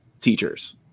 Teachers